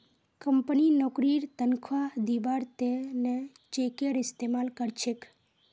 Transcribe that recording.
company नौकरीर तन्ख्वाह दिबार त न चेकेर इस्तमाल कर छेक